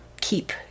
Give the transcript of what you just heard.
keep